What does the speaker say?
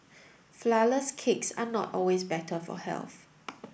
flourless cakes are not always better for health